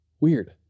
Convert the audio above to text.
Weird